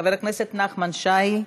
חבר הכנסת נחמן שי,